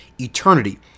eternity